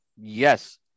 Yes